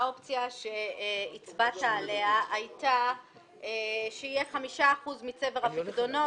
האופציה שהצבעת עליה היתה שיהיה 5% מצבר הפיקדונות,